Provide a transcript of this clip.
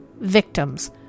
victims